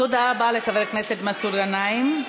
תודה רבה לחבר הכנסת מסעוד גנאים.